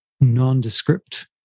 nondescript